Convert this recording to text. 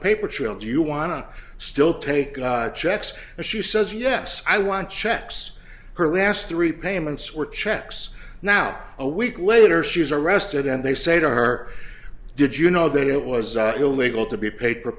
paper trail do you wanna still take checks and she says yes i want checks her last three payments were checks now a week later she was arrested and they say to her did you know that it was illegal to be paid